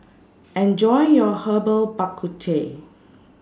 Enjoy your Herbal Bak Ku Teh